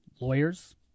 lawyers